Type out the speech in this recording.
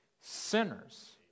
sinners